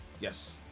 yes